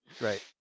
Right